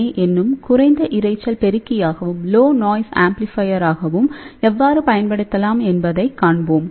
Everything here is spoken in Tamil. ஏ எனும் குறைந்த இரைச்சல் பெருக்கி ஆகவும் எவ்வாறு பயன்படுத்தலாம் என்பதைக் காண்போம்